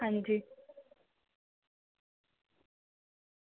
हां जी